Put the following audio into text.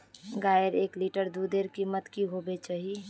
गायेर एक लीटर दूधेर कीमत की होबे चही?